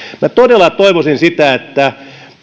minä todella toivoisin sitä että